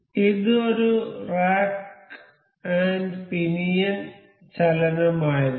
ഇത് ഒരു rack and pinion ചലനമായിരുന്നു